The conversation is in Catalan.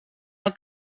els